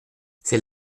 c’est